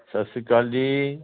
ਸਤਿ ਸ਼੍ਰੀ ਅਕਾਲ ਜੀ